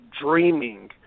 dreaming